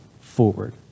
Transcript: forward